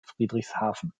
friedrichshafen